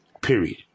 period